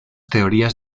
teorías